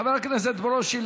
חבר הכנסת ברושי,